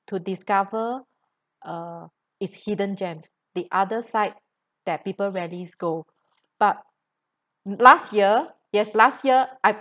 to discover uh it's hidden gem the other side that people rarely go but last year yes last year